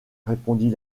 répondit